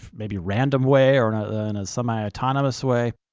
maybe, random way, or in a semi-autonomous way.